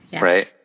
Right